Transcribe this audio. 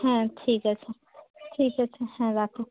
হ্যাঁ ঠিক আছে ঠিক আছে হ্যাঁ রাখো